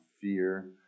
fear